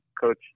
Coach